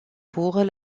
pour